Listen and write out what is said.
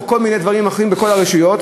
או כל מיני דברים אחרים בכל הרשויות,